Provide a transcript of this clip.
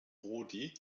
prodi